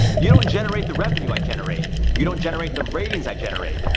you don't generate the revenue i generate. you don't generate the ratings i generate.